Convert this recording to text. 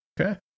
Okay